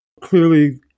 Clearly